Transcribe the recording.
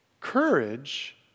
Courage